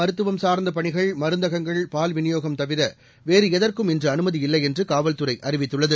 மருத்துவம் சார்ந்த பணிகள் மருந்தகங்கள் பால்விநியோகம் தவிர வேறு எதற்கும் இதன்படி இன்று அமுதி இல்லை என்று காவல்துறை அறிவித்துள்ளது